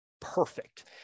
perfect